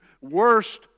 worst